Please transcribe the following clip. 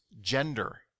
gender